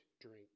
drink